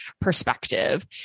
perspective